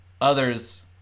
others